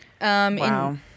wow